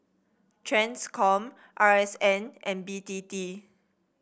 Transcom R S N and B T T